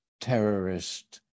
terrorist